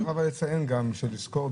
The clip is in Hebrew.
צריך גם לציין ולזכור,